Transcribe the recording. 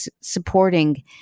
supporting